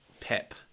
pep